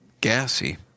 gassy